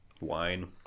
wine